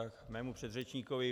K mému předřečníkovi.